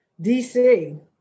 DC